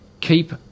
keep